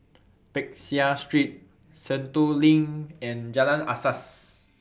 Peck Seah Street Sentul LINK and Jalan Asas